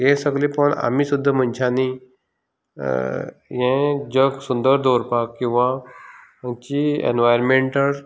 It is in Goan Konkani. हे सगले पोवन आमी सुद्दां मनशांनी हे जग सुंदर दवरपाक किंवां जी ऍनवायरलमेंटल